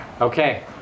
Okay